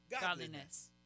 godliness